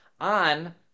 on